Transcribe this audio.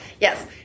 Yes